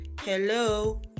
hello